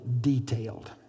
detailed